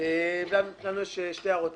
שלוש הערות.